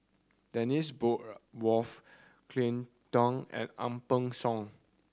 Dennis Bloodworth Cleo Thang and Ang Peng Siong